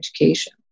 education